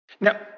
Now